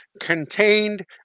contained